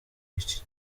iki